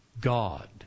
God